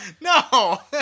No